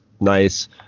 nice